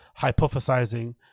hypothesizing